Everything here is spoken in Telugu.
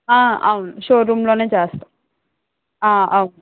అవును షోరూంలోనే చేస్తాం అవును